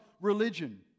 religion